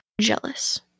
jealous